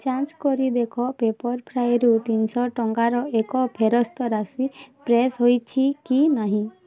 ଯାଞ୍ଚ କରି ଦେଖ ପେପର୍ଫ୍ରାଏରୁ ତିନିଶହ ଟଙ୍କାର ଏକ ଫେରସ୍ତ ରାଶି ପ୍ରେସ୍ ହୋଇଛି କି ନାହିଁ